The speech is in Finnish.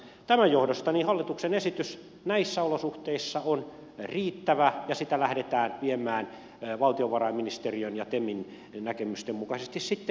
tämän johdosta hallituksen esitys näissä olosuhteissa on riittävä ja sitä lähdetään viemään valtiovarainministeriön ja temin näkemysten mukaisesti sitten eteenpäin